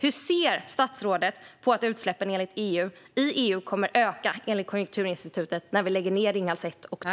Hur ser statsrådet på att utsläppen i EU enligt Konjunkturinstitutet kommer att öka när vi lägger ned Ringhals 1 och 2?